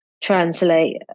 translate